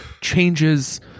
changes